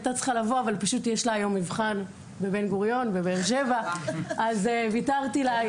יש להם היום מבחן בבן גוריון אז ויתרתי לה.